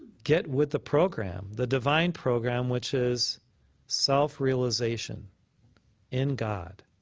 get with the program, the divine program, which is self-realization in god.